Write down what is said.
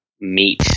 meat